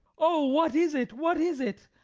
oh, what is it, what is it?